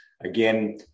again